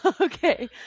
Okay